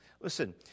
Listen